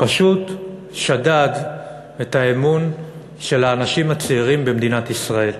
פשוט שדד את האמון של האנשים הצעירים במדינת ישראל.